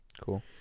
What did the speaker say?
Cool